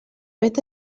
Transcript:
vet